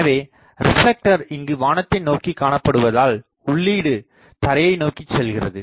எனவே ரிப்லெக்டர் இங்கு வானத்தை நோக்கி காணப்படுவதால் உள்ளீடு தரையை நோக்கி செல்கிறது